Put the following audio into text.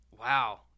Wow